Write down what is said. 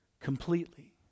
completely